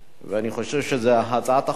אני חושב שהצעת החוק הזו,